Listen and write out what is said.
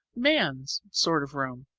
man's sort of room.